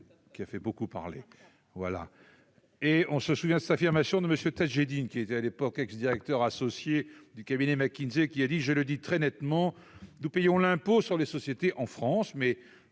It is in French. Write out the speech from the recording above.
qui a fait beaucoup parler, voilà et on se souvient de cette affirmation de Monsieur Teste, j'ai dit une qui était à l'époque, ex-directeur associé du cabinet McKinsey, qui a dit : je le dis très nettement, nous payons l'impôt sur les sociétés en France mais